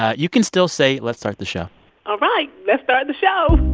you can still say, let's start the show all right. let's start the show